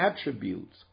attributes